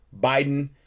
biden